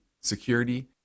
security